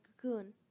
cocoon